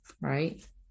right